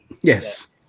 Yes